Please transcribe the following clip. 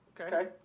Okay